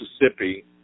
Mississippi